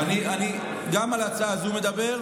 אני מדבר גם על ההצעה הזו.